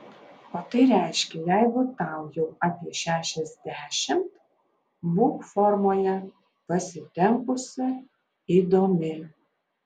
o tai reiškia jeigu tau jau apie šešiasdešimt būk formoje pasitempusi įdomi